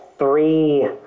three